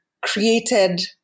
created